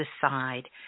decide